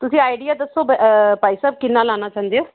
ਤੁਸੀਂ ਆਈਡੀਆ ਦੱਸੋ ਭਾਈ ਸਾਹਿਬ ਕਿੰਨਾ ਲਾਉਣਾ ਚਾਹੁੰਦੇ ਹੋ